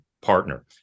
partner